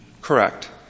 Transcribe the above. Correct